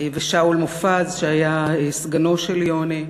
ושאול מופז שהיה סגנו של יוני.